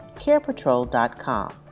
carepatrol.com